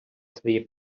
свої